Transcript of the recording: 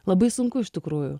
labai sunku iš tikrųjų